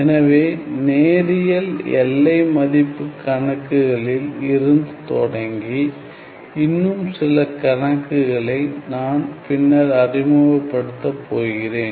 எனவே நேரியல் எல்லை மதிப்பு கணக்குகளில் இருந்து தொடங்கி இன்னும் சில கணக்குகளை நான் பின்னர் அறிமுகப்படுத்தப் போகிறேன்